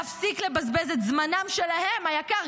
להפסיק לבזבז את זמנם שלהם היקר,